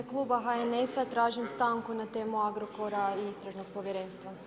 U ime Kluba HNS-a tražim stanku na temu Agrokora i istražnog povjerenstva.